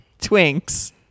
twinks